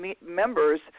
members